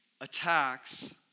attacks